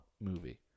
movie